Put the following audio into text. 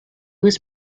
was